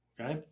Okay